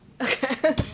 Okay